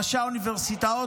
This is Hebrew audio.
ראשי האוניברסיטאות,